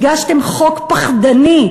הגשתם חוק פחדני.